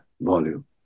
volume